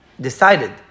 decided